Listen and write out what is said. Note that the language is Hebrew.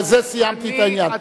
בזה סיימתי את העניין.